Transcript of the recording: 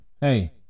hey